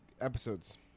Episodes